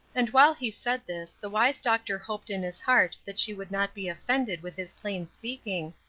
and while he said this, the wise doctor hoped in his heart that she would not be offended with his plain speaking,